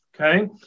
Okay